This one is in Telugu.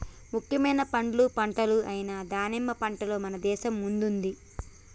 ముఖ్యమైన పండ్ల పంటలు అయిన దానిమ్మ పంటలో మన దేశం ముందుంది